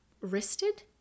Wristed